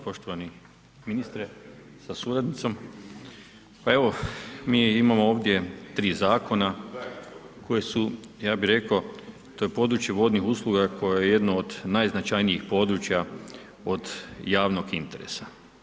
Poštovani ministre sa suradnicom, pa evo mi imamo ovdje 3 zakona, koji su ja bi rekao, to je područje vodnih usluga, koje je jedno od najznačajnijih područja od javnog interesa.